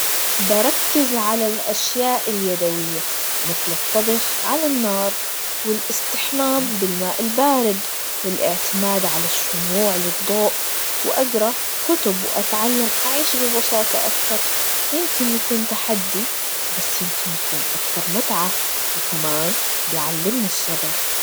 بركز على الأشياء اليدوية, مثل الطبخ على النار, والإستحمام بالماء البارد, والإعتماد على الشموع للضوء, وأقرا كتب, وأتعلم أعيش ببساطة أكتر, يمكن يكون تحدي, بس يمكن يكون أكثر متعة, وكمان بيعلمني الصبر.